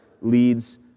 leads